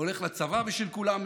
הולך לצבא בשביל כולם,